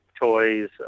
toys